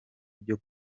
byo